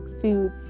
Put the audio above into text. food